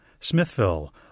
Smithville